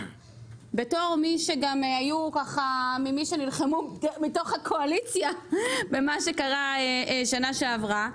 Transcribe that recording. בתור מי שגם היו ככה ממי שנלחמו מתוך הקואליציה במה שקרה בשנה שעברה,